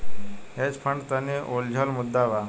hedge fund तनि उलझल मुद्दा बा